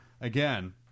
again